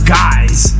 guys